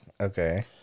Okay